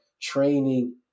training